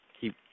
keep